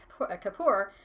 Kapoor